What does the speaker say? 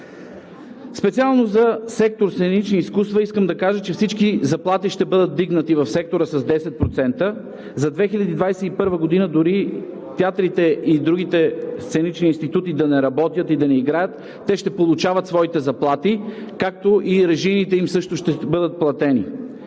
Специално за сектор „Сценични изкуства“ искам да кажа, че всички заплати ще бъдат вдигнати в сектора с 10% за 2021 г. Дори театрите и другите сценични институти да не работят и да не играят, те ще получават своите заплати, както и режийните им също ще бъдат платени.